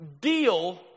deal